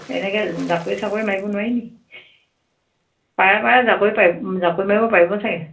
এনেকে জাকৈ চাকৈ মাৰিব নোৱাৰি নি পাৰে পাৰে জাকৈ পাৰ জাকৈ মাৰিব পাৰিব চাগে